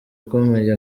ukomeye